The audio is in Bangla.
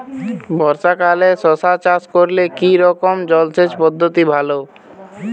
বর্ষাকালে শশা চাষ করলে কি রকম জলসেচ পদ্ধতি ভালো?